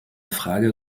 frage